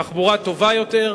תחבורה טובה יותר,